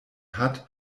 hat